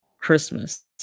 Christmas